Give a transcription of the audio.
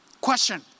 Question